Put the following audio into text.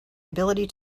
ability